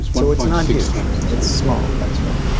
so it's not huge, it's small. that's right.